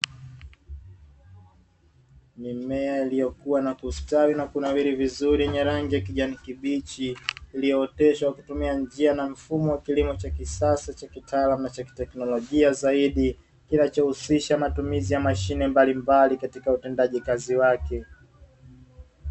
Mimea iliyokua na kustawi na kunawili vizuri yenye rangi ya kijani kibichi, iliyooteshwa kwa kutumia njia na mfumo wa kilimo cha kisasa cha kitaalamu na cha kiteknolojia zaidi, kinachohusisha matumizi ya mashine mbalimbali katika utendaji kazi wake.